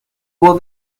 will